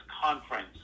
Conference